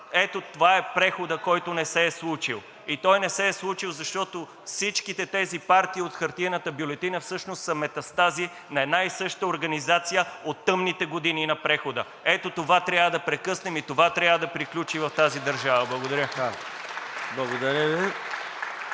ето това е преходът, който не се е случил. Той не се е случил, защото всички тези партии от хартиената бюлетина, всъщност са метастази на една и съща организация от тъмните години на прехода. Ето това трябва да прекъснем и това трябва да приключи в тази държава. Благодаря. (Ръкопляскания